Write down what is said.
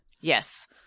Yes